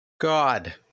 God